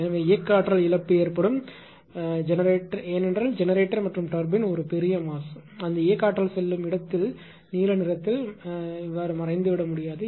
எனவே இயக்க ஆற்றல் இழப்பு ஏற்படும் ஏனென்றால் ஜெனரேட்டர் மற்றும் டர்பைன் ஒரு பெரிய மாஸ் அந்த இயக்க ஆற்றல் செல்லும் இடத்தில் நீல நிறத்தில மறைந்துவிட முடியாது